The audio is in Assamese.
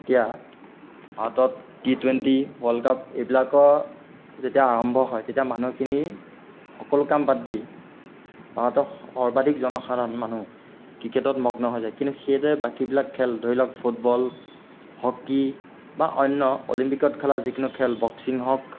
এতিয়া ভাৰতত টি টুৱেণ্টি ওৱৰ্ল্ড কাপ এইবিলাকৰ যেতিয়া আৰম্ভ হয় তেতিয়া মানুহখিনি সকলো কাম বাদ দি ভাৰতৰ সৰ্বাধিক জনসাধাৰণ মানুহ ক্ৰিকেটত মগ্ন হৈ যায় কিন্তু সেইদৰে বাকীবিলাক খেল ধৰি লওক ফুটবল হকী বা অন্য অলিম্পিকত খেলা যিকোনো খেল বক্সিং হওক